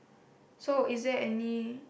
so is there any